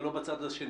ולא בצד השני.